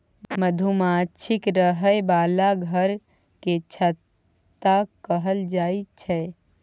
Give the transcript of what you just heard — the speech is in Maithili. मधुमाछीक रहय बला घर केँ छत्ता कहल जाई छै